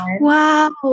Wow